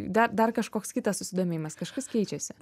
da dar kažkoks kitas susidomėjimas kažkas keičiasi